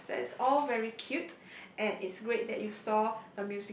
yes it's all very cute and it's great that you saw